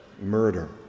Murder